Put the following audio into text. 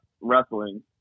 wrestling